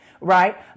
right